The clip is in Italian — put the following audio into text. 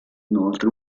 inoltre